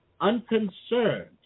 unconcerned